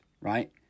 right